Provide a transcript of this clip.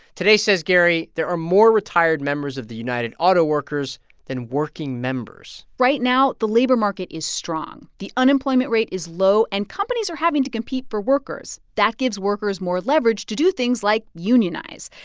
today, says gary, there are more retired members of the united auto workers than working members right now, the labor market is strong. the unemployment rate is low, and companies are having to compete for workers. that gives workers more leverage to do things like unionize.